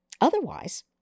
Otherwise